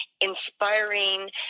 inspiring